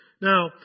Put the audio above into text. Now